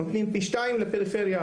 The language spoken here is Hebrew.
נותנים פי שניים לפריפריה,